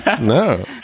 No